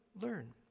learn